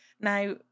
Now